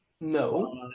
no